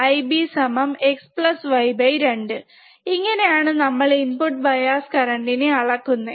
IBxy 2 ഇങ്ങനെ ആണ് നമ്മൾ ഇൻപുട് ബയാസ് കറന്റ്നെ അളക്കുന്നെ